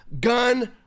gun